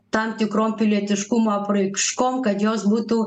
tam tikrom pilietiškumo apraiškom kad jos būtų